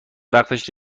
وقتش